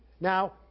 Now